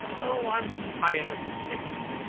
oh, i am tired of sitting,